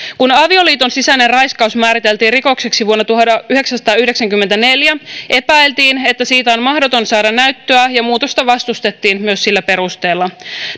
kun avioliiton sisäinen raiskaus määriteltiin rikokseksi vuonna tuhatyhdeksänsataayhdeksänkymmentäneljä epäiltiin että siitä on mahdoton saada näyttöä ja muutosta vastustettiin myös sillä perusteella